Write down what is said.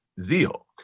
zeal